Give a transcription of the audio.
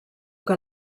que